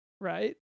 right